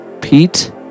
Pete